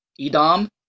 Edom